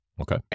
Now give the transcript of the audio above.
Okay